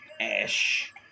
ash